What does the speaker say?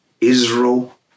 Israel